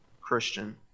Christian